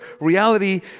reality